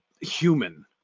human